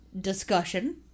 discussion